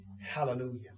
Hallelujah